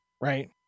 right